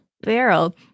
barrel